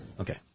Okay